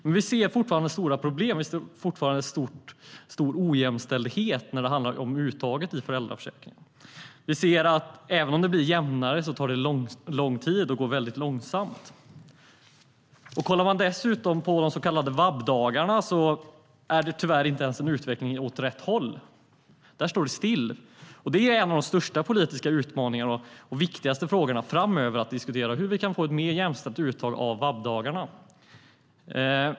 Men vi ser fortfarande stora problem, och vi ser fortfarande en stor ojämställdhet när det handlar om uttaget i föräldraförsäkringen. Även om uttaget blir jämnare går det långsamt. Kollar man dessutom på de så kallade VAB-dagarna går utvecklingen inte ens åt rätt håll. Där står det still. En av de största politiska utmaningarna framöver är att diskutera hur vi kan få ett mer jämställt uttag av VAB-dagarna.